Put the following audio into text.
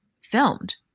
filmed